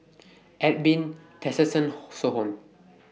Edwin Tessensohn